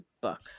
book